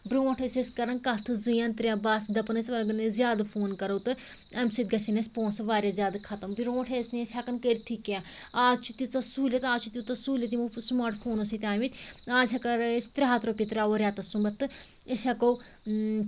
برٛونٛٹھ ٲسۍ أسۍ کَران کتھٕ زٕ یا ترٛےٚ بس دَپان ٲسۍ زیادٕ فون کرو تہٕ اَمہِ سۭتۍ گژھٮ۪ن اَسہِ پونٛسہِ وارِیاہ زیادٕ ختٕم برٛونٛٹھ ٲسۍ نہٕ أسۍ ہٮ۪کان کٔرۍتھی کیٚنٛہہ آز چھِ تیٖژاہ سُہوٗلِیت آز چھِ تیوٗتاہ سُہوٗلِیت یِمو سٕماٹ فونو سۭتۍ آمِتۍ آز أسۍ ترٛےٚ ہتھ رۄپیہِ ترٛاوو رٮ۪تس سُنٛمبَتھ تہٕ أسۍ ہٮ۪کو